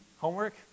homework